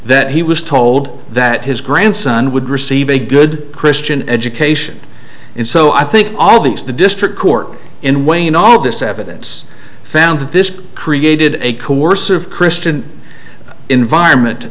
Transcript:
that he was told that his grandson would receive a good christian education and so i think all these the district court in weighing all this evidence found that this created a coercive christian environment